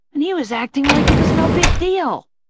and he was acting like it was no big deal.